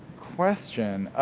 question.